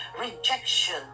rejection